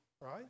right